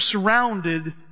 surrounded